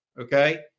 Okay